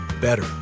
better